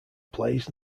plays